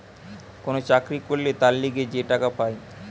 কোন চাকরি করলে তার লিগে যে টাকা পায়